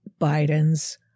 Biden's